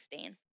16